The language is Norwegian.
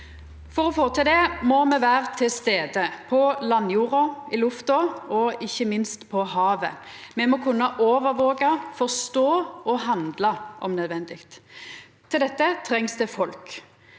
For å få til det må me vera til stades – på landjorda, i lufta og ikkje minst på havet. Me må kunna overvaka, forstå og handla om nødvendig. Til dette trengst det folk.